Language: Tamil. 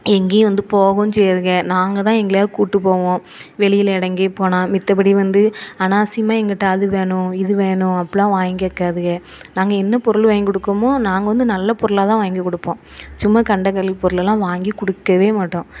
எங்கேயும் வந்து போகவும் செய்யாதுக நாங்கள் தான் எங்கயாது கூப்பிட்டு போவோம் வெளியில் இடம் எங்கேயும் போனால் மத்தபடி வந்து அநாவசியமாக எங்கிட்ட அது வேணும் இது வேணும் அப்படிலாம் வாங்கி கேக்காதுக நாங்கள் என்ன பொருள் வாங்கி கொடுக்கோமோ நாங்கள் வந்து நல்ல பொருளாக தான் வாங்கி கொடுப்போம் சும்மா கண்ட கருள் பொருள் எல்லாம் வாங்கி கொடுக்கவே மாட்டோம்